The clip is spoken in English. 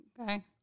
Okay